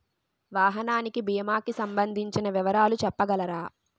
వాహనానికి భీమా కి సంబందించిన వివరాలు చెప్పగలరా?